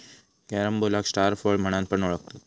कॅरम्बोलाक स्टार फळ म्हणान पण ओळखतत